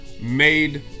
made